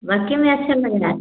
में एक्सन लेना है